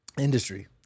industry